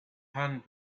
hand